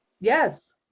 Yes